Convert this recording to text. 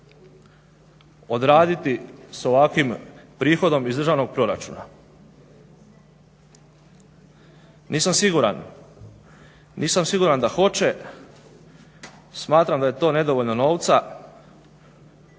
odraditi s ovakvim prihodom iz Državnog proračuna. Nisam siguran. Nisam siguran da hoće, smatram da je to nedovoljno novca.